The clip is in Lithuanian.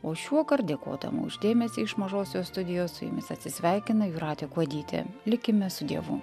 o šiuokart dėkodama už dėmesį iš mažosios studijos su jumis atsisveikina jūratė kuodytė likime su dievu